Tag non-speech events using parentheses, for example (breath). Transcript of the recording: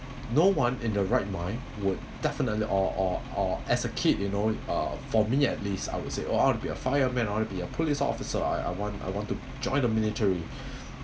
no one in the right mind would definitely or or or as a kid you know uh for me at least I would say I want to be a fire men I want to be a police officer I I I want I want to join the military (breath)